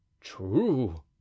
True